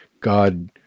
God